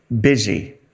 busy